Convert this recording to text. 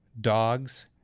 dogs